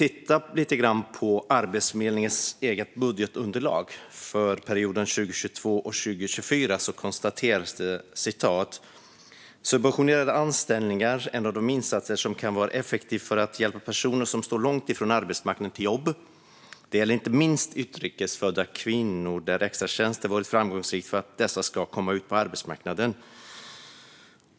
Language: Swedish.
I Arbetsförmedlingens eget budgetunderlag för perioden 2022-2024 konstateras att subventionerade anställningar är "en av de insatser som kan vara effektiv för att hjälpa personer som står långt ifrån arbetsmarknaden till jobb. Det gäller inte minst utrikesfödda kvinnor där extratjänster varit framgångsrikt för att dessa ska komma ut på arbetsmarknaden".